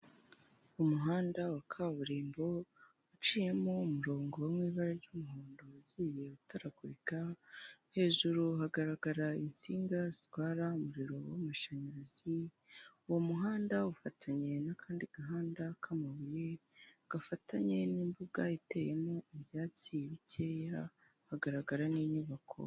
Umuhanda wa kaburimbo uciyemo umurongo wo mu ibara ry'umuhondo ugiye utaragurika, hejuru hagaragara insinga zitwara umuriro w'amashanyarazi, uwo muhanda ufatanye n'akandi gahanda k'amabuye, gafatanye n'imbuga iteyemo ibyatsi bicyeya, hagaragara n'inyubako